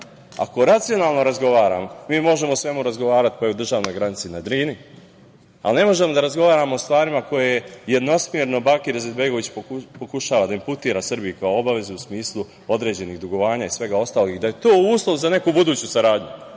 ako racionalno razgovaramo, mi možemo o svemu razgovarati, pa i o državnoj granici na Drini, ali ne možemo da razgovaramo o stvarima koje jednosmerno Bakir Izetbegović pokušava da imputira Srbiji kao obavezu u smislu određenih dugovanja i svega ostalog, da je to uslov za neku buduću saradnju.